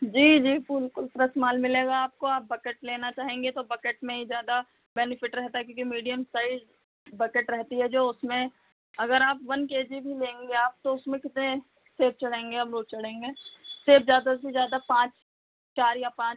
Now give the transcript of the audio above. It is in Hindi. जी जी पुल कुल तरह से माल मिलेगा आपको आप बकेट लेना चाहेंगे तो बकेट में ही ज़्यादा बेनेफ़िट रहता है क्योंकि मीडियम साइज़ बकेट रहती है जो उसमें अगर आप वन के जी भी लेंगे आप तो उसमें कितने सेब चढ़ेंगे अमरूद चढ़ेंगे सेब ज़्यादा से ज़्यादा पाँच चार या पाँच